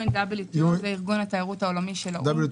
WTO. זה ארגון התיירות הלאומי של האו"ם.